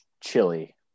chili